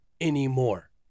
anymore